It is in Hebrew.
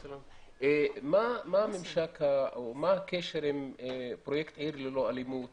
מה הממשק או מה הקשר עם פרויקט עיר ללא אלימות